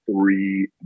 three